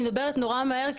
אני מדברת נורא מהר,